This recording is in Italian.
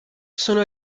sono